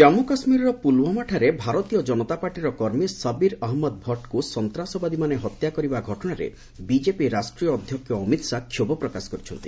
ଜାମ୍ମୁ କାଶ୍ମୀରର ପୁଲଓ୍ୱାମାଠାରେ ଭାରତୀୟ କନତା ପାର୍ଟିର ସବିର ଅହମ୍ମଦ ଭଟ୍ଟଙ୍କୁ ସନ୍ତାସବାଦୀମାନେ ହତ୍ୟା କରିବା ଘଟଣାରେ ବିଜେପି ରାଷ୍ଟ୍ରୀୟ ଅଧ୍ୟକ୍ଷ ଅମିତ ଶାହା କ୍ଷୋଭ ପ୍ରକାଶ କରିଛନ୍ତି